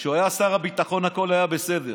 כשהוא היה שר הביטחון הכול היה בסדר,